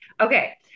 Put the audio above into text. Okay